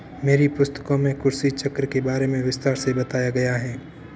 मेरी पुस्तकों में कृषि चक्र के बारे में विस्तार से बताया गया है